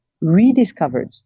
rediscovered